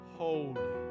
holy